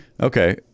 Okay